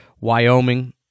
Wyoming